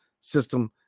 system